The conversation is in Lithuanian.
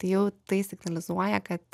tai jau tai signalizuoja kad